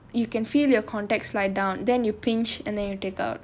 you can feel your context lie down then you pinch and then you take out